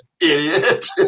idiot